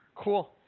Cool